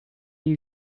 you